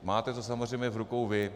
Máte to samozřejmě v rukou vy.